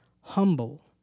Humble